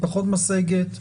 פחות משגת,